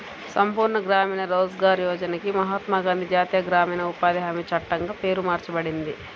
సంపూర్ణ గ్రామీణ రోజ్గార్ యోజనకి మహాత్మా గాంధీ జాతీయ గ్రామీణ ఉపాధి హామీ చట్టంగా పేరు మార్చబడింది